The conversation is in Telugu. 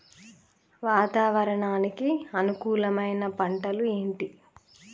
వాతావరణానికి అనుకూలమైన పంటలు ఏంటి?